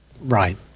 Right